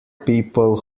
people